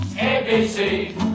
A-B-C